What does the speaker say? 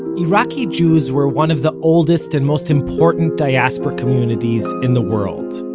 iraqi jews were one of the oldest and most important diaspora communities in the world.